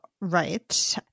right